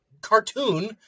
cartoon